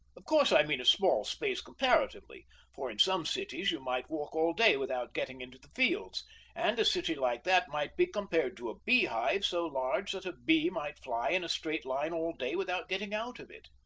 of course i mean a small space comparatively for in some cities you might walk all day without getting into the fields and a city like that might be compared to a beehive so large that a bee might fly in a straight line all day without getting out of it.